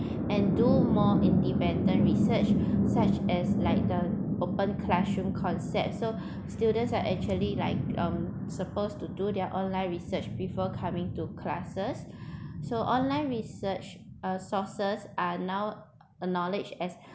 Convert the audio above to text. and do more independent research such as like the open classroom concept so students have actually like um supposed to do their online research before coming to classes so online research uh sources are now acknowledged as